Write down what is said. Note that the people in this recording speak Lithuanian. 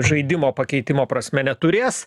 žaidimo pakeitimo prasme neturės